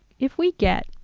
if we get,